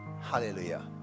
Hallelujah